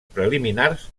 preliminars